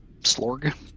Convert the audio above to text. Slorg